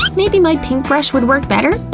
but maybe my pink brush would work better?